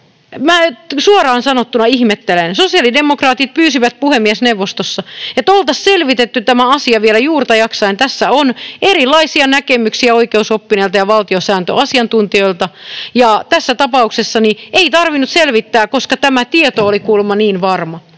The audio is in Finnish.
minä suoraan sanottuna ihmettelen. Sosiaalidemokraatit pyysivät puhemiesneuvostossa, että oltaisiin selvitetty tämä asia vielä juurta jaksain. Tässä on erilaisia näkemyksiä oikeusoppineilta ja valtiosääntöasiantuntijoilta, ja tässä tapauksessa ei tarvinnut selvittää, koska tämä tieto oli kuulemma niin varma.